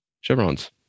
chevrons